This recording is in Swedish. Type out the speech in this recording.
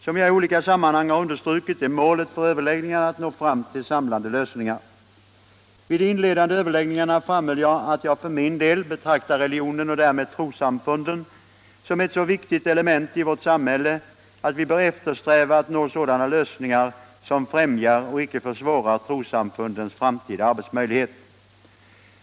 Som jag i olika sammanhang har understrukit är målet för överläggningarna att nå fram till samlande lösningar. Vid de inledande överläggningarna framhöll jag, att jag för min del betraktar religionen och därmed trossamfunden som ett så viktigt element i vårt samhälle att vi bör eftersträva att nå sådana lösningar som främjar och icke försvårar trossamfundens framtida arbetsmöjligheter.